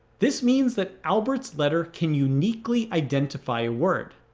this means that albert's letter can uniquely identify a word.